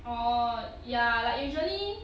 orh ya like usually